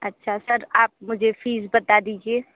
अच्छा सर आप मुझे फ़ीस बता दीजीए